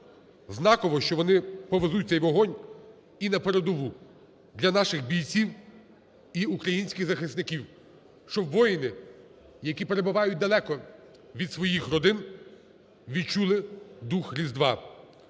Україні.Знаково, що вони повезуть цей вогонь і на передову для наших бійців і українських захисників, щоб воїни, які перебувають далеко від своїх родин, відчули дух Різдва.